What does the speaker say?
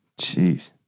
Jeez